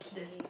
okay